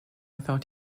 thought